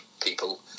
people